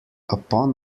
upon